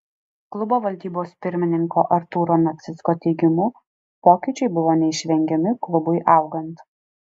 klubo valdybos pirmininko artūro nacicko teigimu pokyčiai buvo neišvengiami klubui augant